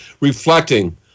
reflecting